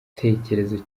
igitekerezo